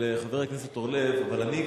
אבל אני,